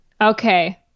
Okay